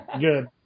Good